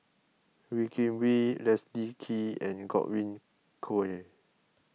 Wee Kim Wee Leslie Kee and Godwin Koay